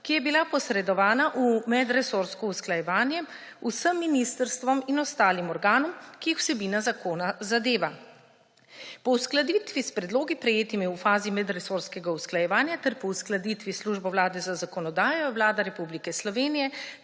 ki je bila posredovana v medresorsko usklajevanje vsem ministrstvom in ostalim organom, ki jih vsebina zakona zadeva. Po uskladitvi s predlogi, prejetimi v fazi medresorskega usklajevanja, ter po uskladitvi s Službo Vlade za zakonodajo je Vlada Republike Slovenije